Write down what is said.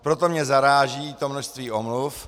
Proto mě zaráží to množství omluv.